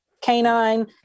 canine